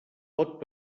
pot